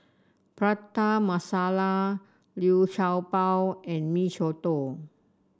Prata Masala Liu Sha Bao and Mee Soto